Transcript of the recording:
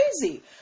crazy